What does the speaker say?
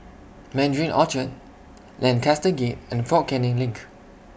Mandarin Orchard Lancaster Gate and Fort Canning LINK